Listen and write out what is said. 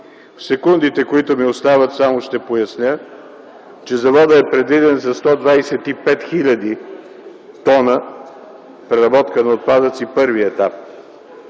В секундите, които ми остават, само ще поясня, че заводът е предвиден за 125 хил. тона преработка на отпадъци – първи етап.